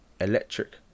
Electric